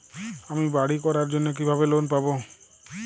আমি বাড়ি করার জন্য কিভাবে লোন পাব?